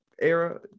era